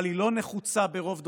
אבל היא לא נחוצה ברוב דורסני,